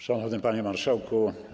Szanowny Panie Marszałku!